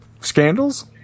Scandals